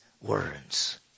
words